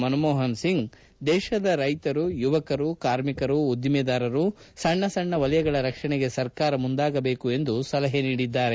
ಮನ್ಮೋಹನ್ ಸಿಂಗ್ ದೇಶದ ರೈತರು ಯುವಕರು ಕಾರ್ಮಿಕರು ಉದ್ದಿಮೆದಾರರು ಸಣ್ಣ ಸಣ್ಣ ವಲಯಗಳ ರಕ್ಷಣೆಗೆ ಸರ್ಕಾರ ಮುಂದಾಗಬೇಕು ಎಂದು ಅವರು ಸಲಹೆ ಮಾಡಿದ್ದಾರೆ